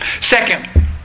Second